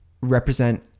represent